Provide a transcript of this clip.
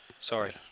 Sorry